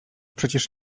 przecież